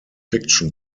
fiction